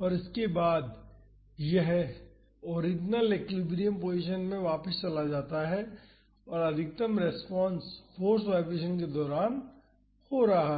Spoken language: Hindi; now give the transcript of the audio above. और उसके बाद यह ओरिजिनल एक्विलिब्रियम पोजीशन में वापस चला जाता है और अधिकतम रेस्पॉन्स फाॅर्स वाईब्रेशन के दौरान हो रहा है